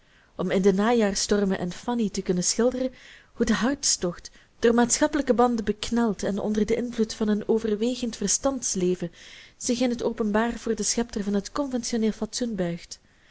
om in de najaarsstormen en fanny te kunnen schilderen hoe de hartstocht door maatschappelijke banden bekneld en onder den invloed van een overwegend verstands leven zich in het openbaar voor den schepter van het conventioneel fatsoen buigt